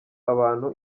abantu